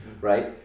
right